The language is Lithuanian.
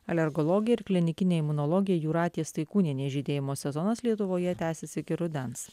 alergologė ir klinikinė imunologė jūratė staikūnienė žydėjimo sezonas lietuvoje tęsiasi iki rudens